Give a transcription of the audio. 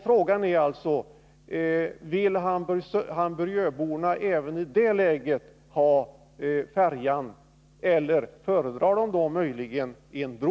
Frågan är alltså: Vill Hamburgöborna även i det läget ha färjan, eller föredrar de möjligen en bro?